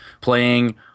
playing